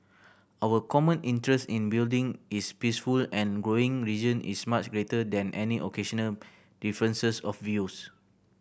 our common interest in building is peaceful and growing region is much greater than any occasional differences of views